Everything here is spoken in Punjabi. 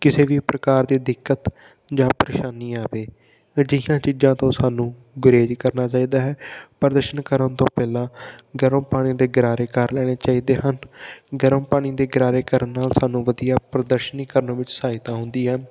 ਕਿਸੇ ਵੀ ਪ੍ਰਕਾਰ ਦੀ ਦਿੱਕਤ ਜਾਂ ਪਰੇਸ਼ਾਨੀ ਆਵੇ ਅਜਿਹੀਆਂ ਚੀਜ਼ਾਂ ਤੋਂ ਸਾਨੂੰ ਗੁਰੇਜ ਕਰਨਾ ਚਾਹੀਦਾ ਹੈ ਪਰਦਰਸ਼ਨ ਕਰਨ ਤੋਂ ਪਹਿਲਾਂ ਗਰਮ ਪਾਣੀ ਦੇ ਗਰਾਰੇ ਕਰ ਲੈਣੇ ਚਾਹੀਦੇ ਹਨ ਗਰਮ ਪਾਣੀ ਦੇ ਗਰਾਰੇ ਕਰਨ ਨਾਲ ਸਾਨੂੰ ਵਧੀਆ ਪ੍ਰਦਰਸ਼ਨੀ ਕਰਨ ਵਿੱਚ ਸਹਾਇਤਾ ਹੁੰਦੀ ਹੈ